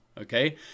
Okay